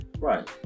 Right